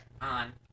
on